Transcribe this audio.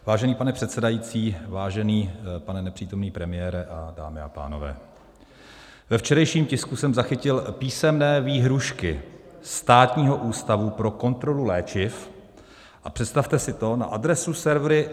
Vážený pane předsedající, vážený pane nepřítomný premiére, dámy a pánové, ve včerejším tisku jsem zachytil písemné výhrůžky Státního ústavu pro kontrolu léčiv, a představte si to, na adresu serveru Novinky.cz